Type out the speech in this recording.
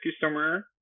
customer